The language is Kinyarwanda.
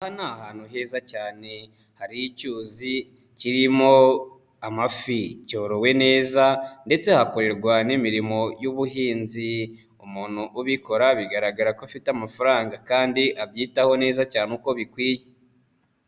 Ahantu heza cyane hari icyuzi kirimo amafi. Cyorowe neza ndetse hakorerwa n'imirimo y'ubuhinzi. Umuntu ubikora bigaragara ko afite amafaranga kandi abyitaho neza cyane uko bikwiye.